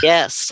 Yes